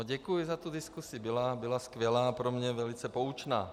Děkuji za tu diskusi, byla skvělá a pro mě velice poučná.